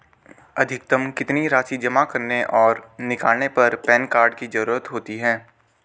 अधिकतम कितनी राशि जमा करने और निकालने पर पैन कार्ड की ज़रूरत होती है?